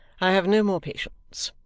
i have no more patience.